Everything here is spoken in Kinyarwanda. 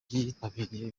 byitabiriye